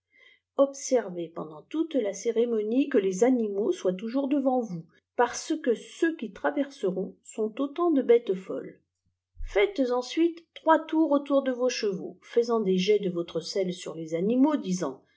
observez pendant toute la céi émonie que lès atîimaux soient toujours devant vous parce que ceux qui traversërontsont'aiitant dé bëtës folles faites ehsiiite trois tours âiitoiir de vos chevaux faisant des jets de votre sel sur lés animaux